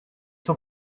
sont